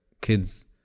kids